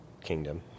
kingdom